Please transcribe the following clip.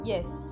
Yes